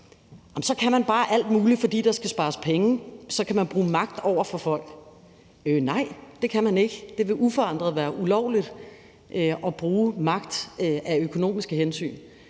så bare kan alt muligt, fordi der skal spares penge, og at man så kan bruge magt over for folk, så vil jeg sige: Nej, det kan man ikke. Det vil uforandret være ulovligt at bruge magt af økonomiske hensyn.